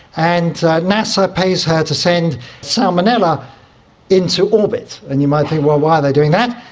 and nasa pays her to send salmonella into orbit. and you might think, well, why are they doing that?